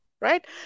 Right